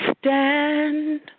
stand